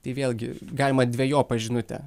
tai vėlgi galima dvejopą žinutę